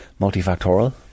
multifactorial